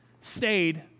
stayed